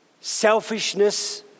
selfishness